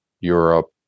Europe